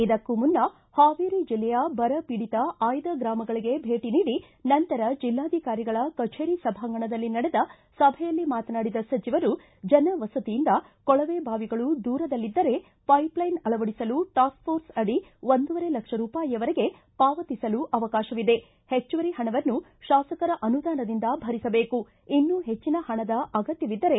ಇದಕ್ಕೂ ಮುನ್ನ ಹಾವೇರಿ ಜಿಲ್ಲೆಯ ಬರಪೀಡಿತ ಆಯ್ದ ಗ್ರಾಮಗಳಗೆ ಭೇಟ ನೀಡಿ ನಂತರ ಜಿಲ್ಲಾಧಿಕಾರಿಗಳ ಕಚೇರಿ ಸಭಾಂಗಣದಲ್ಲಿ ನಡೆದ ಸಭೆಯಲ್ಲಿ ಮಾತನಾಡಿದ ಸಚಿವರು ಜನ ವಸತಿಯಿಂದ ಕೊಳವೆ ಬಾವಿಗಳು ದೂರದಲ್ಲಿದ್ದರೆ ಪೈಪ್ಲೈನ್ ಅಳವಡಿಸಲು ಟಾಸ್ಕಪೋರ್ಸ್ ಅಡಿ ಒಂದುವರೆ ಲಕ್ಷ ರೂಪಾಯಿಯವರೆಗೆ ಪಾವತಿಸಲು ಅವಕಾಶವಿದೆ ಹೆಚ್ಚುವರಿ ಹಣವನ್ನು ಶಾಸಕರ ಅನುದಾನದಿಂದ ಭರಿಸಬೇಕು ಇನ್ನೂ ಹೆಚ್ಚನ ಹಣದ ಅಗತ್ಯವಿದ್ದರೆ